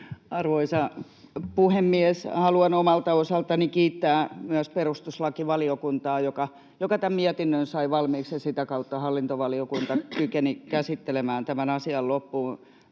Arvoisa puhemies! Haluan omalta osaltani kiittää myös perustuslakivaliokuntaa, joka tämän mietinnön sai valmiiksi, ja sitä kautta hallintovaliokunta kykeni käsittelemään tämän asian loppuun.